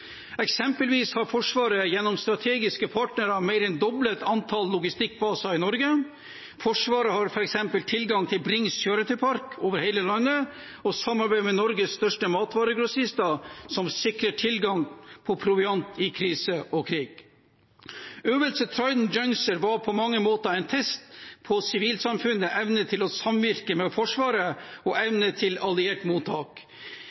Eksempelvis har Forsvaret gjennom strategiske partnere mer enn doblet antall logistikkbaser i Norge. Forsvaret har f.eks. tilgang til Brings kjøretøypark over hele landet, og samarbeidet deres med Norges største matvaregrossister sikrer tilgang på proviant i krise og krig. Øvelse Trident Juncture var på mange måter en test på sivilsamfunnets evne til å samvirke med Forsvaret og på evnen til alliert mottak.